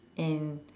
and